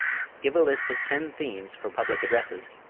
give a list of ten themes for public addresses,